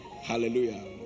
Hallelujah